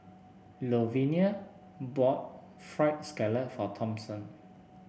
Louvenia bought fried scallop for Thompson